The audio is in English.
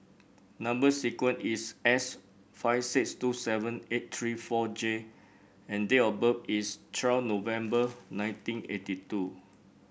number sequence is S five six two seven eight three four J and date of birth is twelve November nineteen eighty two